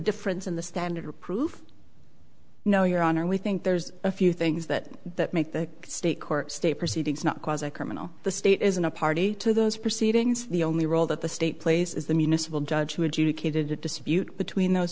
difference in the standard of proof no your honor we think there's a few things that that make the state court state proceedings not cause a criminal the state isn't a party to those proceedings the only role that the state plays is the municipal judge who educated a dispute between those